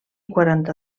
quaranta